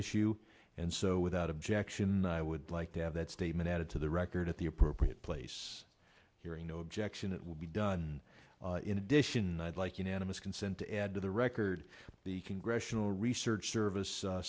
issue and so without objection i would like to have that statement added to the record at the appropriate place hearing no objection it will be done in addition i'd like you know animas consent to add to the record the congressional research service